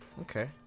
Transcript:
okay